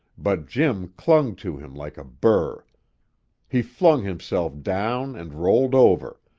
but jim clung to him like a burr he flung himself down and rolled over,